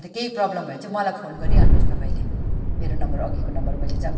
अन्त केही प्रब्लम भयो भने चाहिँ मलाई फोन गरिहाल्नुहोस् तपाईँले मेरो नम्बर अघिको नम्बर मैले जहाँ